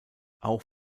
auch